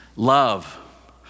Love